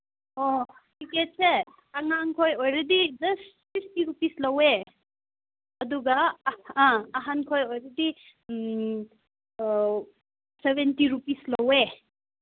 ꯑꯣ ꯇꯤꯀꯦꯠꯁꯦ ꯑꯉꯥꯡ ꯈꯣꯏ ꯑꯣꯏꯔꯗꯤ ꯖꯁ ꯐꯤꯐꯇꯤ ꯔꯨꯄꯤꯁ ꯂꯧꯋꯦ ꯑꯗꯨꯒ ꯑꯥ ꯑꯍꯟꯈꯣꯏ ꯑꯣꯏꯔꯗꯤ ꯁꯚꯦꯟꯇꯤ ꯔꯨꯄꯤꯁ ꯂꯧꯋꯦ